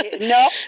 No